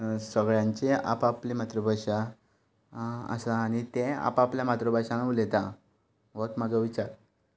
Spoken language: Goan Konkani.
सगळ्यांची आप आपली मातृभाशा आसा आनी ते आप आपले मातृभाशेन उलयता होच म्हाजो विचार